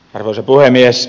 arvoisa puhemies